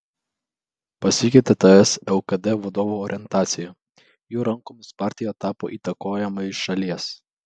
pasikeitė ts lkd vadovų orientacija jų rankomis partija tapo įtakojama iš šalies